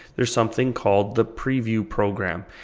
there's something called the preview program.